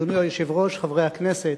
אדוני היושב-ראש, חברי הכנסת,